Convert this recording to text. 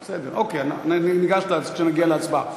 אוקיי, כשנגיע להצבעה.